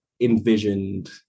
envisioned